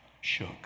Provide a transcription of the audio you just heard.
shook